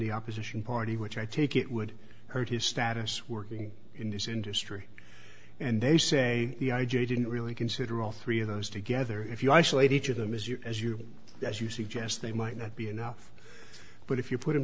the opposition party which i take it would hurt his status working in this industry and they say the i j a didn't really consider all three of those together if you isolate each of them as you as you as you suggest they might not be enough but if you put